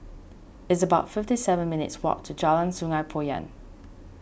it's about fifty seven minutes' walk to Jalan Sungei Poyan